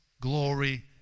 glory